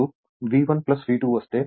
V V1 V2 వస్తే